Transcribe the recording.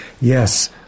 Yes